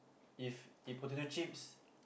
if if potato chips